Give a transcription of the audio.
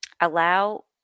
Allow